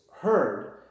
heard